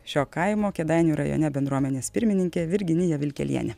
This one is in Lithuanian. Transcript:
šio kaimo kėdainių rajone bendruomenės pirmininkė virginija vilkelienė